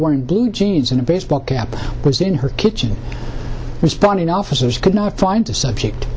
were in blue jeans and a baseball cap was in her kitchen responding officers could not find a subject